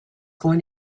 going